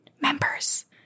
members